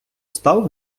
став